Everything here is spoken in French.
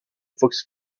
fox